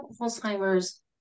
Alzheimer's